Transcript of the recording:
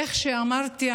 איך שאמרתי,